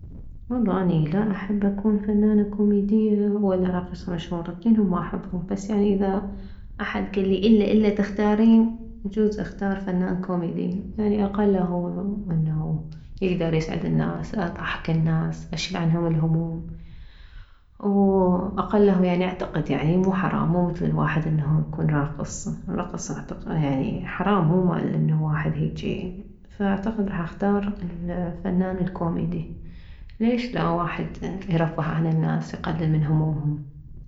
والله اني لا احب اكون فنانة كوميدية ولا راقصة مشهورة اثنينهم ما احبهم بس يعني اذا احد كلي الا الا تختارين يجوز اختار فنان كوميدي يعني اقله انه يكدر يسعد الناس اضحك الناس اشيل عنهم الهموم واقله يعني اعتقد يعني مو حرام مو مثل الواحد انه يكون راقص الرقص اعتقد يعني حرام مو مال انه واحد هيجي فاعتقد راح اختار الفنان الكوميدي ليش واحد لا يرفه عن الناس يقلل من همومهم